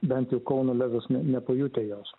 bent jau kauno lezas ne nepajuto jos